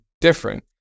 different